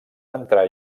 entrar